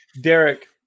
Derek